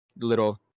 Little